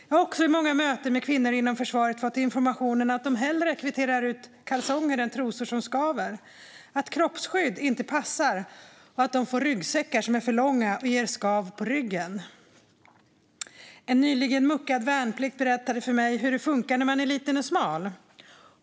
Jag har också vid många möten med kvinnor inom försvaret fått information om att de hellre kvitterar ut kalsonger än trosor som skaver, att kroppsskydd inte passar och att de får ryggsäckar som är för långa och ger skav på ryggen. En nyligen muckad värnpliktig berättade för mig hur det funkar när man är liten och smal.